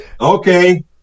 Okay